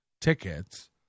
tickets